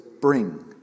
bring